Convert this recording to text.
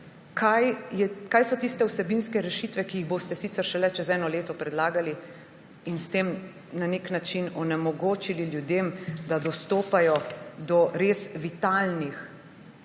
kaj so tiste vsebinske rešitve, ki jih boste sicer šele čez eno leto predlagali in s tem na neki način onemogočili ljudem, da dostopajo do res vitalnih